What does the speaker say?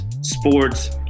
sports